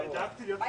תודה.